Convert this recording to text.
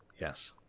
Yes